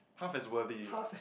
half as worthy